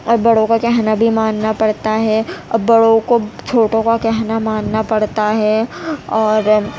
اور بڑوں کا کہنا بھی ماننا پڑتا ہے اور بڑوں کو چھوٹوں کا کہنا ماننا پڑتا ہے اور